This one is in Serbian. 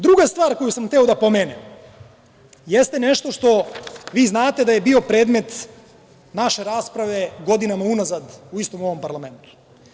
Druga stvar koju sam hteo da pomenem jeste nešto što vi znate da je bio predmet naše rasprave godinama unazad u istom ovom parlamentu.